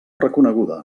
reconeguda